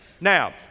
Now